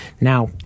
Now